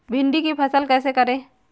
भिंडी की फसल कैसे करें?